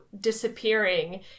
disappearing